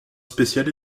spécial